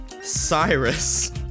Cyrus